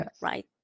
right